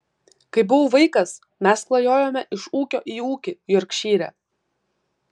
kai buvau vaikas mes klajojome iš ūkio į ūkį jorkšyre